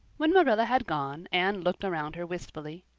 when marilla had gone anne looked around her wistfully.